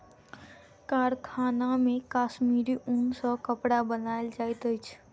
कारखाना मे कश्मीरी ऊन सॅ कपड़ा बनायल जाइत अछि